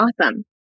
awesome